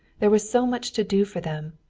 there was so much to do for them!